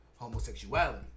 homosexuality